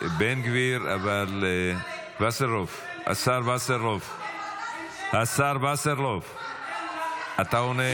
אבל וסרלאוף, השר וסרלאוף, השר וסרלאוף, אתה עונה?